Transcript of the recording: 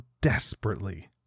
desperately